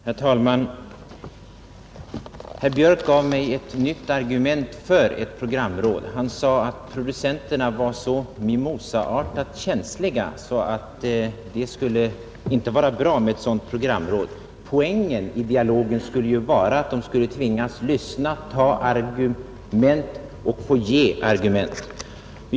Herr talman! Herr Björk i Göteborg gav mig ett nytt argument för ett programråd. Han sade, att producenterna var så mimosaartat känsliga att ett programråd inte skulle vara bra. Men poängen i dialogen skulle ju vara att de skulle tvingas lyssna, ta argument och få ge argument!